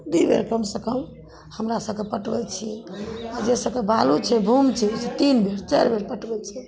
दू बेर कम से कम हमरा सबके पटबै छियै आ जैसेकि बालू छै धून छै दू से तीन बेर चारि बेर पटबै छियै